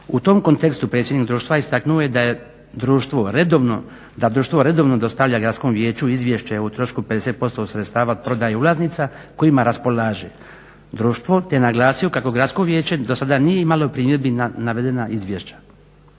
U tom kontekstu predsjednik društva istaknuo je da društvo redovno dostavlja Gradskom vijeću izvješće o trošku 50% sredstava od prodaje ulaznica kojima raspolaže društvo te je naglasio kako Gradsko vijeće dosada nije imalo primjedbi na navedena izvješća.